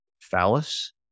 phallus